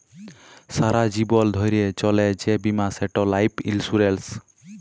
সারা জীবল ধ্যইরে চলে যে বীমা সেট লাইফ ইলসুরেল্স